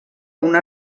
una